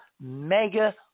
mega